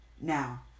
Now